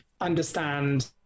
understand